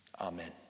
amen